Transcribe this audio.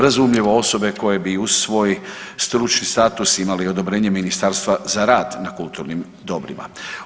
Razumljivo osobe koje bi uz svoj stručni status imale i odobrenje ministarstva za rad na kulturnim dobrima.